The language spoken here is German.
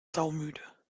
saumüde